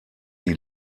die